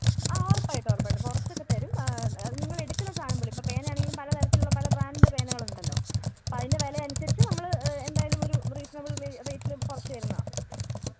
ആ ഉറപ്പായിട്ടും ഉറപ്പായിട്ടും കുറച്ചൊക്കെത്തരും അത് നിങ്ങൾ എടുക്കുന്ന സാധനം പോലെ ഇപ്പം പേനയാണെങ്കിലും പല തരത്തിലുള്ള പല ബ്രാന്ഡിന്റെ പേനകളുണ്ടല്ലോ അപ്പം അതിൻ്റെ വില അനുസരിച്ച് നമ്മൾ എന്തായാലും ഒരു റീസണബിള് റേറ്റിൽ നമ്മൾ കുറച്ച് തരുന്നതാണ്